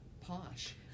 posh